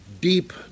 deep